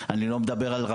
אני לא מדבר פה על כל הארגון,